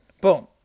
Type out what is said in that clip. Boom